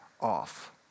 off